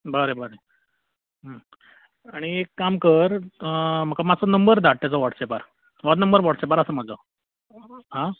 बरें बरें आनी एक काम कर म्हाका मात्सो नंबर धाड तेचो वॉट्सॅपार होत नंबर वॉट्सॅपार आसा म्हाजो हा